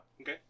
Okay